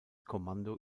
kommando